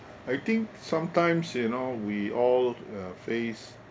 I think sometimes you know we all uh face